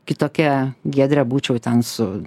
kitokia giedrė būčiau ten su